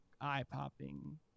eye-popping